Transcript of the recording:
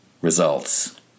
results